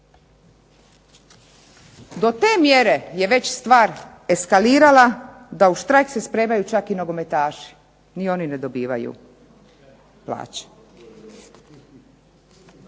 Do te mjere je već stvar eskalirala da u štrajk se spremaju čak i nogometaši, ni oni ne dobivaju plaće.